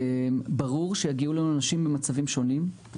ברור שיגיעו אלינו אנשים במצבים שונים,